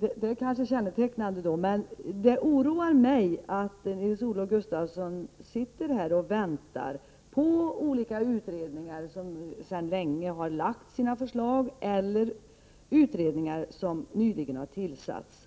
Detta är kanske kännetecknande för honom. Men det oroar mig att Nils-Olof Gustafsson sitter här och väntar på olika utredningar som sedan länge har lagt fram sina förslag eller utredningar som nyligen har tillsatts.